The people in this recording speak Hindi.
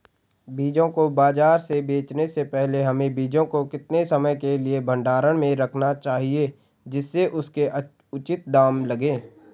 बीजों को बाज़ार में बेचने से पहले हमें बीजों को कितने समय के लिए भंडारण में रखना चाहिए जिससे उसके उचित दाम लगें?